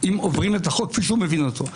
אם עוברים את החוק כפי שהוא מבין אותו.